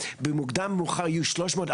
שבמוקדם ובמאוחר יהיו שלוש מאות,